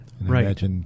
Right